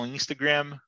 Instagram